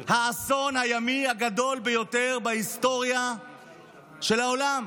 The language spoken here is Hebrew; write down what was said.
האסון הימי הגדול ביותר בהיסטוריה של העולם.